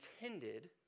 intended